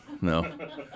no